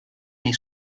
nei